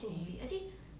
okay